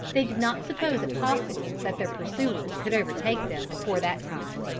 they did not suppose it possible that their pursuers could overtake them before that time.